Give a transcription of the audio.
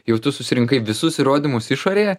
jau tu susirinkai visus įrodymus išorėje